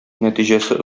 нәтиҗәсе